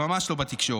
זה ממש לא בתקשורת.